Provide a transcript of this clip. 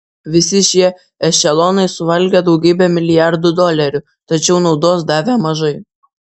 visi šie ešelonai suvalgė daugybę milijardų dolerių tačiau naudos davė mažai